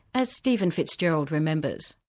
as stephen fitzgerald remembers.